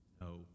No